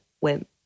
went